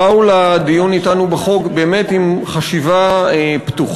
היועצים המשפטיים ואנשי המשטרה שבאו לדיון אתנו בחוק עם חשיבה פתוחה,